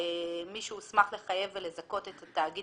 "מי שהוסמך לחייב ולזכות את התאגיד